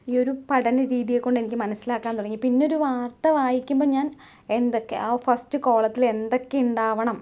ഈ ഒരു പഠനരീതിയെ കൊണ്ടെനിക്ക് മനസിലാക്കാൻ തുടങ്ങി പിന്നൊരു വാർത്ത വായിക്കുമ്പം ഞാൻ എന്തൊക്കെ ആ ഫസ്റ്റ് കോളത്തില് എന്തൊക്കെയുണ്ടാവണം